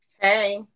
Hey